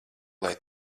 lai